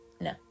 no